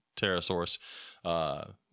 Pterosaurus